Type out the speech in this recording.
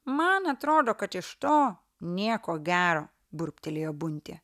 man atrodo kad iš to nieko gero burbtelėjo buntė